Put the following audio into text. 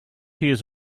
hears